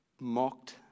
mocked